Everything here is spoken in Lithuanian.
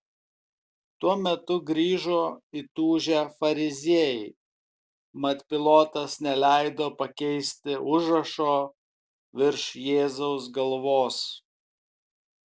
tuo metu grįžo įtūžę fariziejai mat pilotas neleido pakeisti užrašo virš jėzaus galvos